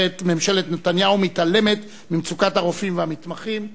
אומרות: ממשלת נתניהו מתעלמת ממצוקת הרופאים והמתמחים.